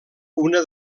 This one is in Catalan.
una